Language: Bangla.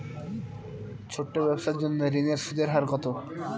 ছোট ব্যবসার জন্য ঋণের সুদের হার কত?